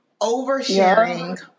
oversharing—